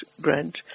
grant